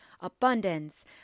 abundance